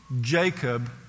Jacob